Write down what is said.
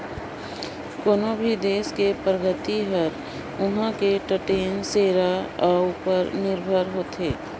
कोनो भी देस के परगति हर उहां के टटेन सेरा उपर निरभर होथे